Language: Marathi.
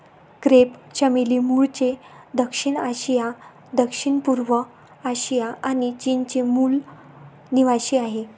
क्रेप चमेली मूळचे दक्षिण आशिया, दक्षिणपूर्व आशिया आणि चीनचे मूल निवासीआहे